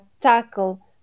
tackle